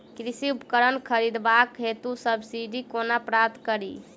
कृषि उपकरण खरीदबाक हेतु सब्सिडी कोना प्राप्त कड़ी?